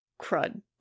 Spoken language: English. crud